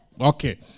Okay